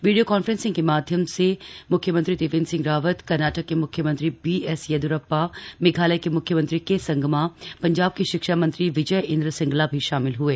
video conferencing में मुख्यमंत्री त्रिवेन्द्र सिंह रावत कर्नाटक के म्ख्यमंत्री बीएस येदिय्रप्पा मेघालय के म्ख्यमंत्री के संगमा पंजाब के शिक्षा मंत्री विजय इन्द्र सिंगला भी शामिल हए